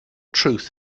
truth